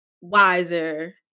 wiser